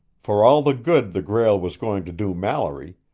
for all the good the grail was going to do mallory,